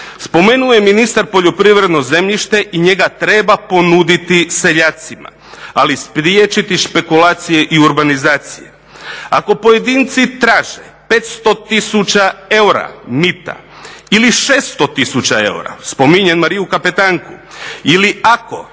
Spomenuo je ministar poljoprivredno zemljište i njega treba ponuditi seljacima ali spriječiti špekulacije i urbanizacije. Ako pojedinci traže 500 000 eura mita ili 600 000 eura, spominjem Mariu kapetanku ili ako